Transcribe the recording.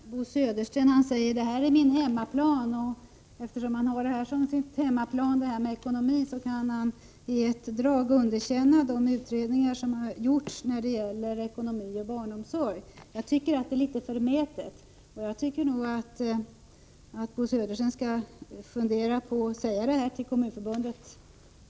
Herr talman! Bo Södersten säger att detta är hans hemmaplan. Eftersom han har ekonomi som sin hemmaplan anser han sig i ett drag kunna underkänna de utredningar som gjorts om ekonomi och barnomsorg. Jag tycker att det är litet förmätet och att Bo Södersten skall fundera på att framföra sina synpunkter till Kommunförbundet.